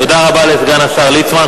תודה רבה לסגן השר ליצמן.